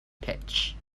pitch